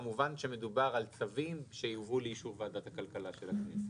כמובן שמדובר על צווים שיובאו לאישור ועדת הכלכלה של הכנסת.